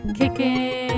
kicking